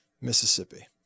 Mississippi